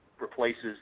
replaces